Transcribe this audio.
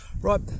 Right